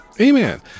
Amen